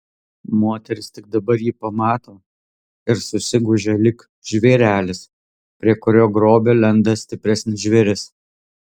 moteris tik dabar jį pamato ir susigūžia lyg žvėrelis prie kurio grobio lenda stipresnis žvėris